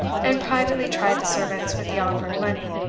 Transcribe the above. and privately tried the servants with the offer of money.